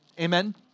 Amen